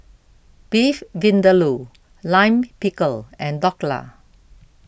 Beef Vindaloo Lime Pickle and Dhokla